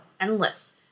endless